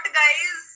guys